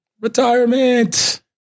retirement